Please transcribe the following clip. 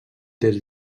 des